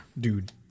Dude